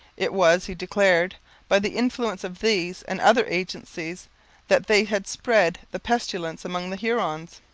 it was, he declared by the influence of these and other agencies that they had spread the pestilence among the hurons.